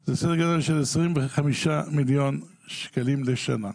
זה סדר גודל של 25 מיליון שקלים לשנה.